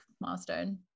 milestone